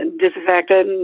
and disaffected. and